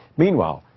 meanwhile,